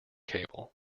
cable